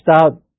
out